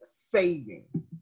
saving